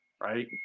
Right